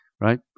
right